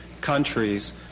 countries